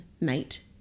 mate